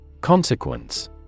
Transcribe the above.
Consequence